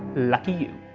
lucky you.